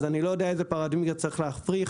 אז אני לא יודע איזו פרדיגמה צריך להפריך.